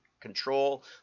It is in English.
control